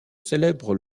célèbre